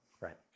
Right